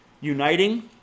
uniting